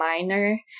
minor